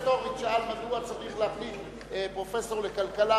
היום חבר הכנסת הורוביץ שאל מדוע צריך להחליט פרופסור לכלכלה